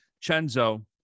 Chenzo